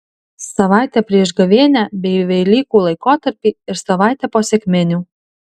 savaitę prieš gavėnią bei velykų laikotarpį ir savaitę po sekminių